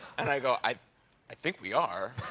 and i go, i i think we are.